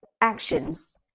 actions